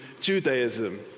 Judaism